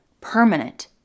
permanent